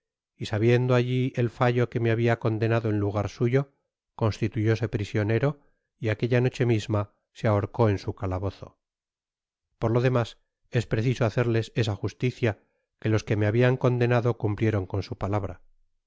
y sabiendo alli el fallo que me habia condenado en lugar suyo constituyóse prisionero y aquella noche misma se ahorcó en su calabozo por lo demás es preciso hacerles esa justicia que los que me habian condenado cumplieron con su palabra